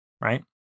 right